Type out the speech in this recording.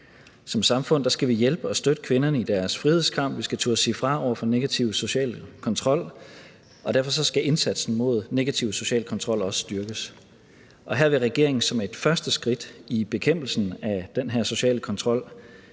Som samfund skal vi hjælpe og støtte kvinderne i deres frihedskamp. Vi skal turde sige fra over for negativ social kontrol, og derfor skal indsatsen mod negativ social kontrol også styrkes. Her vil regeringen som et første skridt i bekæmpelsen af den her sociale kontrol